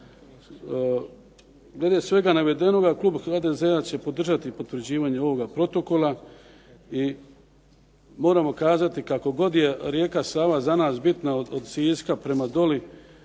Glede svega navedenoga klub HDZ-a će podržati potvrđivanje ovoga protokola i moramo kazati kako god je rijeka Sava za nas bitna od Siska prema doli,